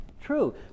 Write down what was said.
true